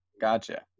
Gotcha